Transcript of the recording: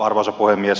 arvoisa puhemies